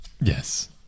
Yes